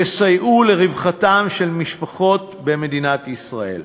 יסייעו לרווחתן של משפחות במדינת ישראל.